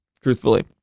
truthfully